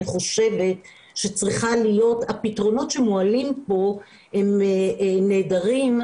אני חושבת שהפתרונות שמועלים פה הם נהדרים,